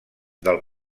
del